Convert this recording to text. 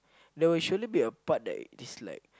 there will surely be a part that is like